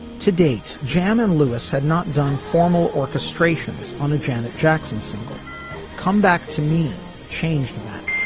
to date. jam and lewis had not done formal orchestrations on a janet jackson single comeback. to me it changed that.